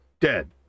dead